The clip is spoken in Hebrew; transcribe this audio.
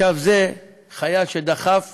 עכשיו, זה חייל שדחף